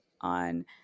on